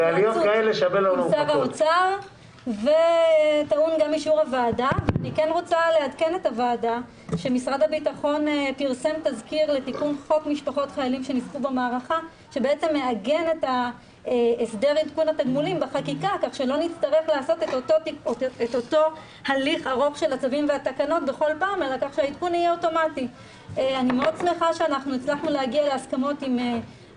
הישיבה ננעלה בשעה 11:29.